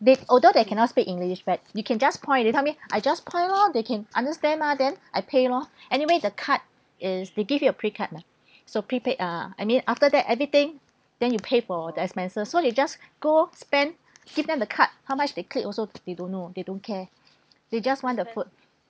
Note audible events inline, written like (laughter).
big although they cannot speak english but you can just point they tell me (breath) I just point lor they can understand mah then I pay lor (breath) anyway the card is they give you a pre card mah (breath) so prepaid uh I mean after that everything then you pay for the expenses so you just (breath) go spend give them the card how much they click also they don't know they don't care they just want the food